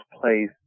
place